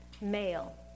male